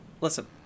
listen